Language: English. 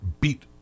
beat